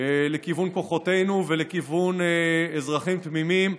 לכיוון כוחותינו ולכיוון אזרחים תמימים,